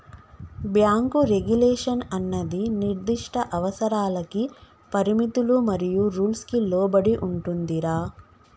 bank regulation అన్నది నిర్దిష్ట అవసరాలకి పరిమితులు మరియు రూల్స్ కి లోబడి ఉంటుందిరా